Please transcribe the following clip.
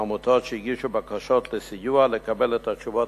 העמותות שהגישו בקשות לסיוע לקבל את התשובות